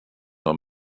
are